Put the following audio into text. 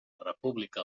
república